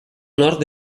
nord